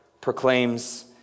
proclaims